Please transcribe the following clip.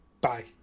bye